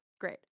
Great